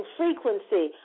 frequency